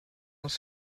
els